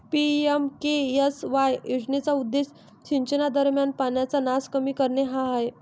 PMKSY योजनेचा उद्देश सिंचनादरम्यान पाण्याचा नास कमी करणे हा आहे